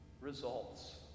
results